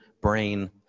brain